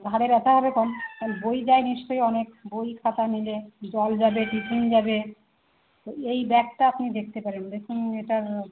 ঘাড়ে ব্যথা হবে কম কারণ বই যায় নিশ্চয়ই অনেক বই খাতা মিলে জল যাবে টিফিন যাবে এই ব্যাগটা আপনি দেখতে পারেন দেখুন এটার